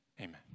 amen